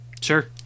Sure